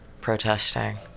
protesting